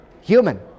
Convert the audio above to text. Human